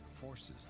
forces